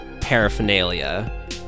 paraphernalia